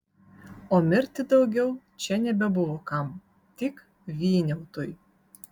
o mirti daugiau čia nebebuvo kam tik vyniautui